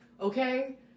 okay